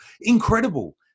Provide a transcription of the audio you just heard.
incredible